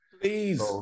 Please